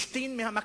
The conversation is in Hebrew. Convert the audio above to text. השתין מהמקפצה,